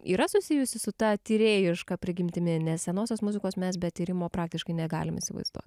yra susijusi su ta tyrėjiška prigimtimi nes senosios muzikos mes be tyrimo praktiškai negalim įsivaizduot